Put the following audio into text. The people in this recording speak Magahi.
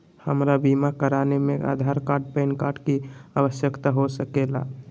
हमरा बीमा कराने में आधार कार्ड पैन कार्ड की आवश्यकता हो सके ला?